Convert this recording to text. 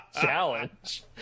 challenge